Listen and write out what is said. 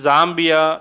Zambia